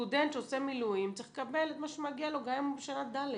סטודנט שעושה מילואים צריך לקבל את מה שמגיע לו גם אם הוא בשנה ד'.